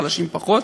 לחלשים פחות,